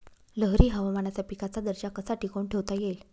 लहरी हवामानात पिकाचा दर्जा कसा टिकवून ठेवता येईल?